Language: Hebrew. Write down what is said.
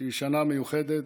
שהיא שנה מיוחדת.